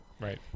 Right